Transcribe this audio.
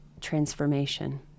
transformation